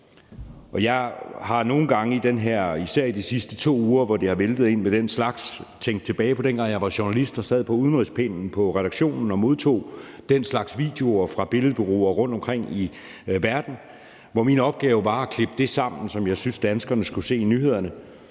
det er væltet ind med den slags, tænkt tilbage på dengang, hvor jeg var journalist og sad på udenrigspinden på redaktionen og modtog den slags videoer fra billedbureauer rundtomkring i verden, og hvor min opgave var at klippe det sammen, som jeg syntes danskerne skulle se i nyhederne.